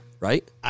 Right